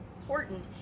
important